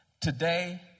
today